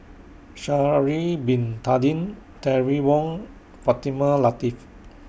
Sha'Ari Bin Tadin Terry Wong and Fatimah Lateef